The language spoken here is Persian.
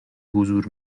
حضور